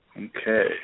Okay